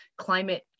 climate